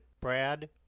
Brad